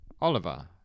Oliver